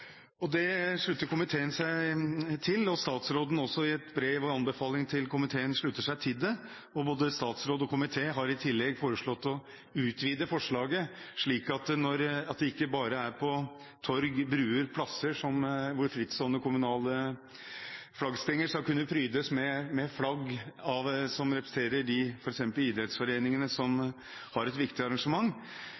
loven. Dette slutter komiteen seg til, og statsråden slutter seg også, i et brev med anbefalinger til komiteen, til det. Både statsråd og komité har i tillegg foreslått å utvide forslaget, slik at det ikke bare er på torg, broer og plasser at frittstående kommunale flaggstenger skal kunne prydes med flagg som representerer f.eks. de idrettsforeningene som